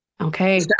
Okay